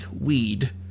weed